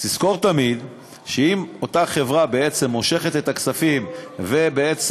תזכור תמיד שאם אותה חברה בעצם מושכת את הכספים ובעצם,